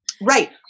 Right